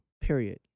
period